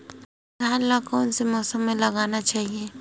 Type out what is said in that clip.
धान ल कोन से मौसम म लगाना चहिए?